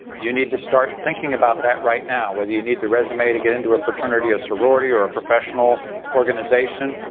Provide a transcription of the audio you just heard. you need to start thinking about that right now whether you need the resume to get into a fraternity or sorority or a professional organization.